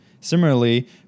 Similarly